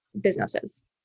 businesses